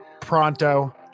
pronto